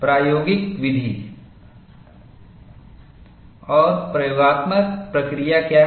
प्रायोगिग विधि और प्रयोगात्मक प्रक्रिया क्या है